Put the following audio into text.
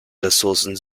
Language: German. ressourcen